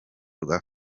rwa